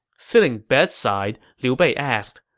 sitting bedside, liu bei asked,